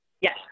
Yes